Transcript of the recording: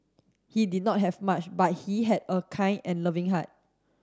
he did not have much but he had a kind and loving heart